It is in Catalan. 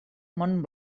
mont